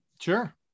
Sure